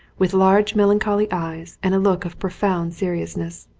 with large melancholy eyes and a look of profound seriousness.